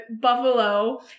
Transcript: buffalo